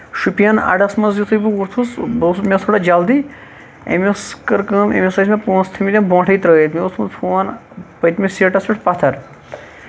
شُپین اَڈَس منٛز یِتھُے بہٕ وۄتھُس بہٕ اوسُس مےٚ ٲسۍ تھوڑا جلدی أمۍ ٲسۍ کٔر کٲم أمِس ٲسۍ مےٚ پونسہٕ تھٲومٕتۍ ہن برونٹھٕے ترٲوِتھ یِمو کوٚر فون پٔتمِس سیٖٹَس پٮ۪ٹھ پَتھر